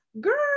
girl